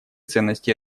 ценности